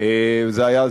זה היה,